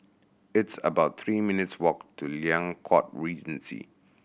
it's about three minutes' walk to Liang Court Regency